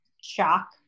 shock